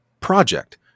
project